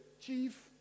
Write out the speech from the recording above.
chief